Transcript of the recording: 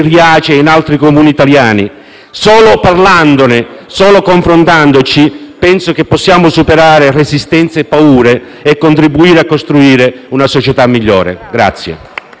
Solo parlandone e confrontandoci penso che possiamo superare resistenze e paure e contribuire a costruire una società migliore.